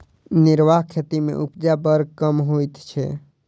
निर्वाह खेती मे उपजा बड़ कम होइत छै